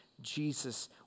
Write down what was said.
Jesus